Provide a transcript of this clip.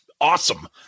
awesome